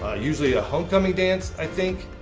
ah usually a homecoming dance, i think.